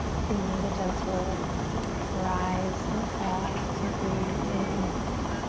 feeling the gentle rise and fall as you breathe in and out.